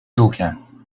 aucun